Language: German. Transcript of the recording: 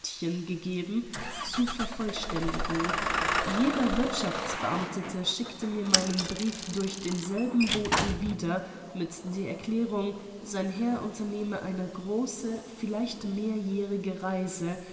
gegeben zu vervollständigen jener wirthschaftsbeamtete schickte mir meinen brief durch denselben boten wieder mit der erklärung sein herr unternehme eine große vielleicht mehrjährige reise